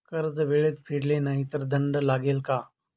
कर्ज वेळेत फेडले नाही तर दंड लागेल का?